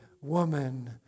woman